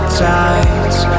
tides